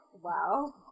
Wow